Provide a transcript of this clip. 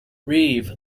reeve